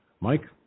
Mike